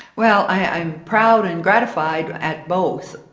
well, i'm proud and gratified at both.